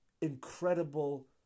incredible